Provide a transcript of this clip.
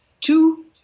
two